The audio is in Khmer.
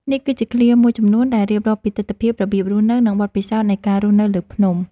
នេះគឺជាឃ្លាមួយចំនួន ដែលរៀបរាប់ពីទិដ្ឋភាព របៀបរស់នៅ និងបទពិសោធន៍នៃការរស់នៅលើភ្នំ